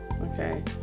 Okay